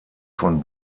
von